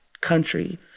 country